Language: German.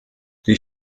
die